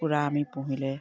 কুকুৰা আমি পুহিলে